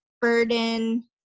burden